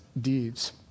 deeds